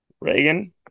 Reagan